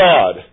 God